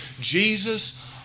Jesus